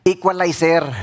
Equalizer